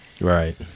Right